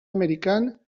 amerikan